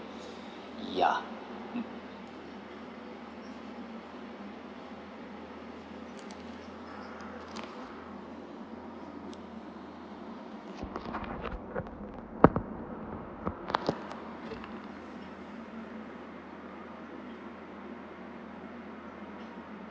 yeah